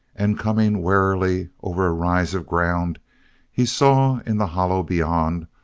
and coming warily over a rise of ground he saw, in the hollow beyond,